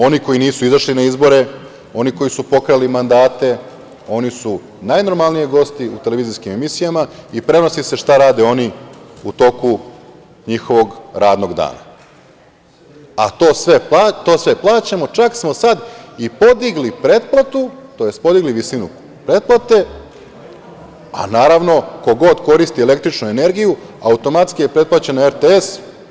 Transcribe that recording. Oni koji nisu izašli na izbore, oni koji su pokrali mandate, oni su najnormalnije gosti u televizijskim emisijama i prenosi se šta rade oni u toku njihovog radnog dana, a to sve plaćamo, čak smo sad i podigli visinu pretplate, a naravno ko god koristi električnu energiju automatski je pretplaćen na RTS.